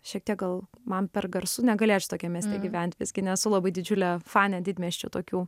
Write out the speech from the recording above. šiek tiek gal man per garsu negalėčiau tokiam mieste gyventi visgi nesu labai didžiulė fanė didmiesčių tokių